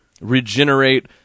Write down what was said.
regenerate